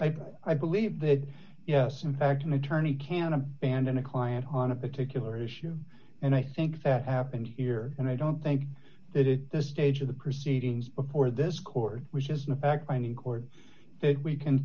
i i believe that yes in fact an attorney can abandon a client on a particular issue and i think that happened here and i don't think that it the stage of the proceedings before this court which is a fact finding court that we can